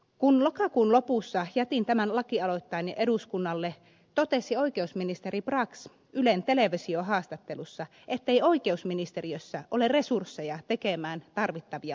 kun lokakuun lopussa jätin tämän lakialoitteeni eduskunnalle totesi oikeusministeri brax ylen televisiohaastattelussa ettei oikeusministeriössä ole resursseja tehdä tarvittavia lakimuutoksia